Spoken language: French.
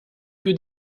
que